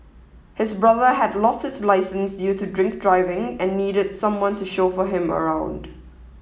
his brother had lost his licence due to drink driving and needed someone to chauffeur him around